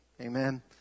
Amen